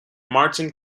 martin